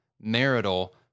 marital